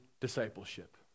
discipleship